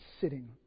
sitting